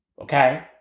Okay